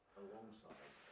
alongside